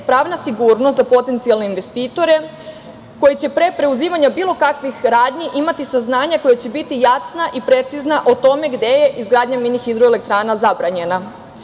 pravna sigurnost za potencijalne investitore koji će pre preuzimanja bilo kakvih radnji imati saznanja, koja će biti jasna i precizna o tome gde je izgradnja mini hidroelktrana zabranjena. Izgradnja